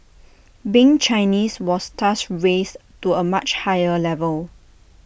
being Chinese was thus raised to A much higher level